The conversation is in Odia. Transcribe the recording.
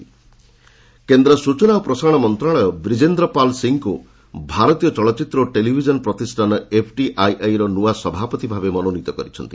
ଏଫ୍ଟିଆଇଆଇ କେନ୍ଦ୍ର ସୂଚନା ଓ ପ୍ରସାରଣ ମନ୍ତ୍ରଶାଳୟ ବ୍ରିଜେନ୍ଦ୍ରପାଲ୍ ସିଂହଙ୍କୁ ଭାରତୀୟ ଚଳଚ୍ଚିତ୍ର ଓ ଟେଲିଭିଜନ୍ ପ୍ରତିଷ୍ଠାନ ଏଫ୍ଟିଆଇଆଇ ନୂଆ ସଭାପତି ଭାବେ ମନୋନିତ କରିଛି